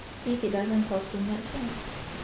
if it doesn't cost too much lah